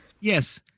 Yes